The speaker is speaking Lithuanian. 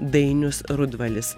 dainius rudvalis